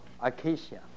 acacia